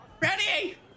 ready